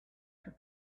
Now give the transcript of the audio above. for